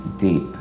deep